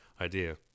idea